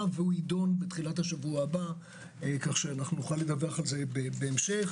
והוא יידון בתחילת השבוע הבא כך שנוכל לדווח על זה בהמשך.